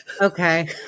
Okay